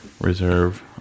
Reserve